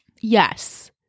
Yes